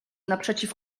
naprzeciw